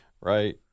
Right